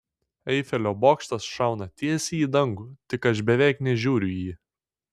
eifelio bokštas šauna tiesiai į dangų tik aš beveik nežiūriu į jį